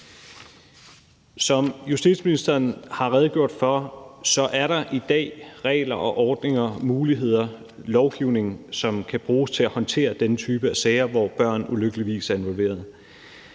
Som justitsministeren har redegjort for, er der i dag regler, ordninger, muligheder og lovgivning, som kan bruges til at håndtere denne type af sager, hvor børn ulykkeligvis er involveret.